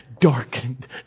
darkened